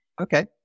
Okay